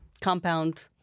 Compound